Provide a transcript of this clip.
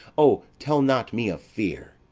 o, tell not me of fear!